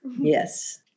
Yes